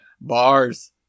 bars